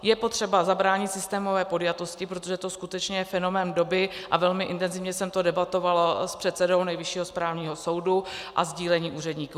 Je potřeba zabránit systémové podjatosti, protože to skutečně je fenomén doby, a velmi intenzivně jsem to debatovala s předsedou Nejvyššího správního soudu, a úředníků.